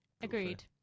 Agreed